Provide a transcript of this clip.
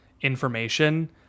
information